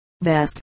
vest